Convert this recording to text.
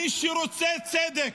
מי שרוצה צדק,